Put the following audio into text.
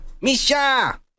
Misha